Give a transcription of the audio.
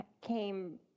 came